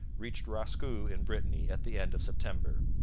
reached roscou in brittany at the end of september.